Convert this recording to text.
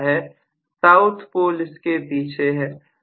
south pole इसके पीछे है